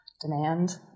demand